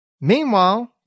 Meanwhile